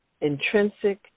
intrinsic